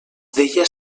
deia